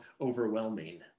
overwhelming